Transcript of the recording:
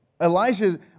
Elijah